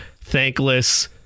thankless –